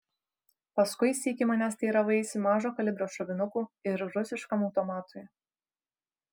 paskui sykį manęs teiravaisi mažo kalibro šovinukų ir rusiškam automatui